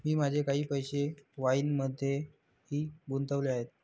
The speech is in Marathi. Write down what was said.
मी माझे काही पैसे वाईनमध्येही गुंतवले आहेत